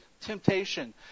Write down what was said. temptation